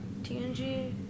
TNG